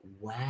Wow